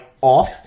off